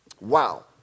Wow